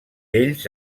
ells